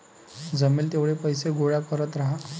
जमेल तेवढे पैसे गोळा करत राहा